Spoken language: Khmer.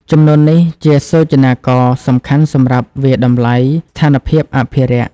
ចំនួននេះជាសូចនាករសំខាន់សម្រាប់វាយតម្លៃស្ថានភាពអភិរក្ស។